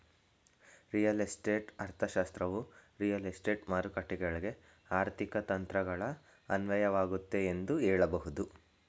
real estate ಅರ್ಥಶಾಸ್ತ್ರವು real estate ಮಾರುಕಟ್ಟೆಗಳ್ಗೆ ಆರ್ಥಿಕ ತಂತ್ರಗಳು ಅನ್ವಯವಾಗುತ್ತೆ ಎಂದು ಹೇಳಬಹುದು